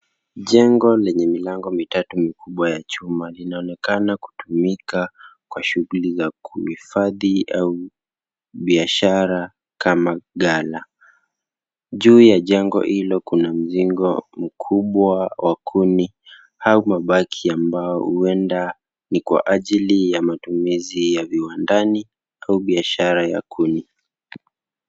Jengo lenye milango mitatu mikubwa ya chuma linaonekana kutumika kwa shughuli za kuhifadhi au biashara kama ghala. Juu ya jengo hilo kuna mzingo mkubwa wa kuni au mabaki ya mbao huenda ni kwa ajili ya matumizi ya viwandani au biashara ya kuni.